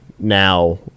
Now